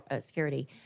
security